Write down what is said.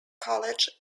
college